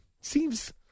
Seems